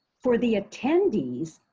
for the attendees,